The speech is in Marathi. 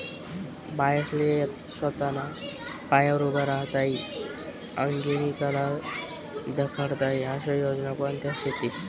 बायास्ले सोताना पायावर उभं राहता ई आंगेनी कला दखाडता ई आशा योजना कोणत्या शेतीस?